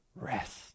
rest